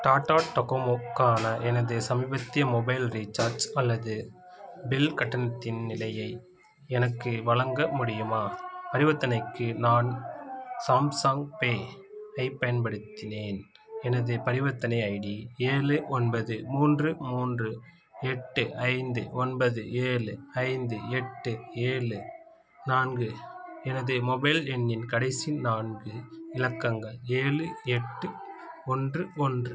டாடா டோகோமோக்கான எனது சமீபத்திய மொபைல் ரீசார்ஜ் அல்லது பில் கட்டணத்தின் நிலையை எனக்கு வழங்க முடியுமா பரிவர்த்தனைக்கு நான் சாம்சாங் பே ஐப் பயன்படுத்தினேன் எனது பரிவர்த்தனை ஐடி ஏழு ஒன்பது மூன்று மூன்று எட்டு ஐந்து ஒன்பது ஏழு ஐந்து எட்டு ஏழு நான்கு எனது மொபைல் எண்ணின் கடைசி நான்கு இலக்கங்கள் ஏழு எட்டு ஒன்று ஒன்று